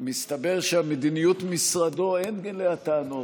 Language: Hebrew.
מסתבר שעל מדיניות משרדו אין טענות.